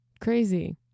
crazy